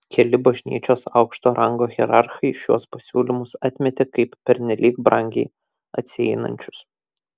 keli bažnyčios aukšto rango hierarchai šiuos pasiūlymus atmetė kaip pernelyg brangiai atsieinančius